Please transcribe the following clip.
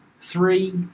three